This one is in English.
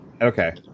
Okay